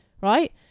Right